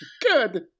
Good